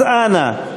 אז אנא.